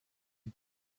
die